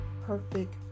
perfect